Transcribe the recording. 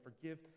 forgive